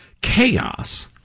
chaos